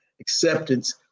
acceptance